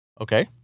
Okay